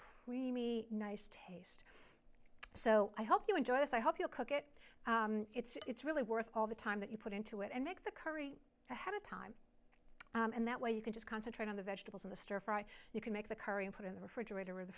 creamy nice taste so i hope you enjoy this i hope you'll cook it it's really worth all the time that you put into it and make the curry ahead of time and that way you can just concentrate on the vegetables in the stir fry you can make the curry and put in the refrigerator or the